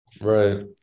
right